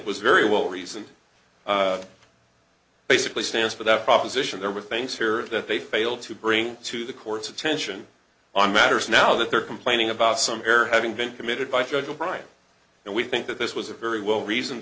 was very well reasoned basically stands for that proposition there were things here that they failed to bring to the court's attention on matters now that they're complaining about some error having been committed by judge of crime and we think that this was a very well reason